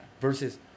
versus